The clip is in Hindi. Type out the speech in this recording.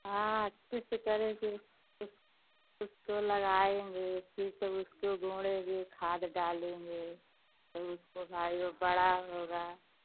हाँ फ़िर से करेंगे उस उसको लगाऐंगे फ़िर से उसको घोड़ेगे खाद डालेंगे तो उसको बड़ा होगा